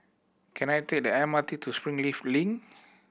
can I take the M R T to Springleaf Link